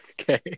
Okay